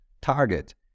target